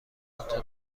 انجا